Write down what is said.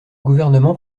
gouvernement